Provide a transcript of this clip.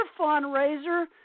fundraiser